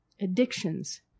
addictions